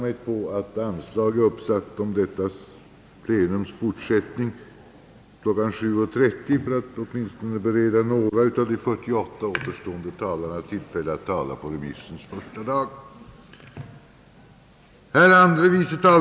Herr talman!